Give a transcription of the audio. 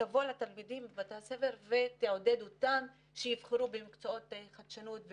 שתבוא לתלמידים בבתי הספר ותעודד אותם שיבחרו במקצועות חדשנות,